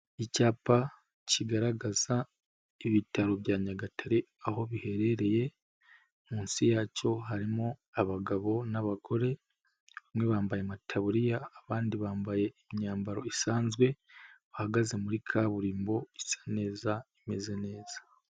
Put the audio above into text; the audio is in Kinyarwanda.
Icyapa kigaragaza ibitaro bya Nyagatare aho biherereye, munsi yacyo harimo abagabo n'abagore bamwe bambaye amataburiya abandi bambaye imyambaro isanzwe bahagaze muri kaburimbo isa neza imeze neza.